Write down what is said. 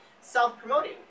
self-promoting